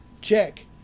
check